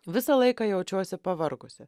visą laiką jaučiuosi pavargusi